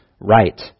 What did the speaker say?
right